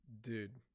Dude